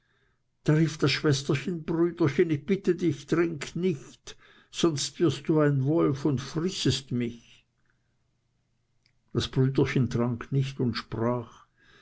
da rief das schwesterchen brüderchen ich bitte dich trink nicht sonst wirst du ein wolf und frissest mich das brüderchen trank nicht und sprach